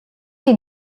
you